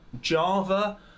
java